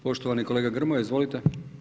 Poštovani kolega Grmoja, izvolite.